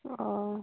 ᱚᱻ